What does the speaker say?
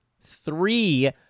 Three